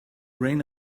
reign